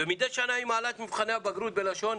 ומדי שנה היא מעלה את מבחני הבגרות בלשון,